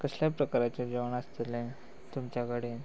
कसलें प्रकाराचें जेवण आसतलें तुमच्या कडेन